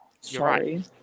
Sorry